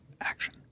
action